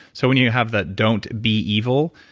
so when you have that don't be evil,